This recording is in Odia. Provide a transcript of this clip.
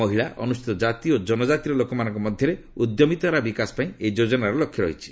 ମହିଳା ଅନୁସୂଚିତ ଜାତି ଓ ଜନଜାତିର ଲୋକମାନଙ୍କ ମଧ୍ୟରେ ଉଦ୍ୟୋମିତତାର ବିକାଶ ପାଇଁ ଏହି ଯୋଜନାର ଲକ୍ଷ୍ୟ ରହିଛି